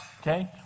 Okay